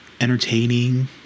entertaining